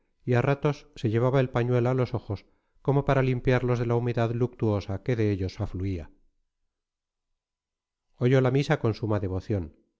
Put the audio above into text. a ratos se llevaba el pañuelo a los ojos como para limpiarlos de la humedad luctuosa que de ellos afluía oyó la misa con suma devoción